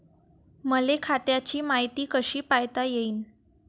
मले खात्याची मायती कशी पायता येईन?